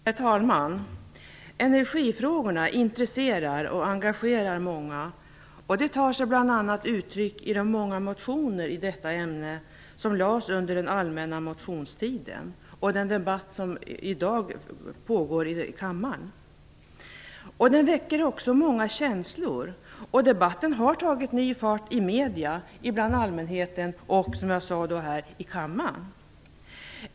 Herr talman! Energifrågorna intresserar och engagerar många, och det tar sig bl.a. uttryck i de många motioner i detta ämne som väcktes under den allmänna motionstiden och i den debatt som i dag pågår här i kammaren. Energifrågorna väcker också många känslor, och debatten har tagit ny fart i massmedierna, bland allmänheten och, som jag sade, här i kammaren.